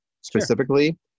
specifically